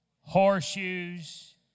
horseshoes